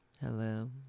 Hello